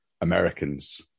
Americans